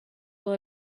will